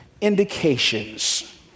indications